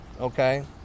okay